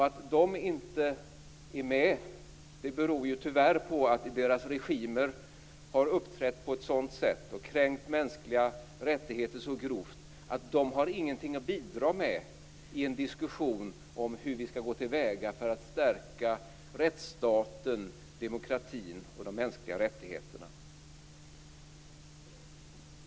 Att de inte är med beror, tyvärr, på att deras regimer har uppträtt på ett sådant sätt och kränkt mänskliga rättigheter så grovt att de inte har något att bidra med i en diskussion om hur vi skall gå till väga för att stärka rättsstaten, demokratin och de mänskliga rättigheterna.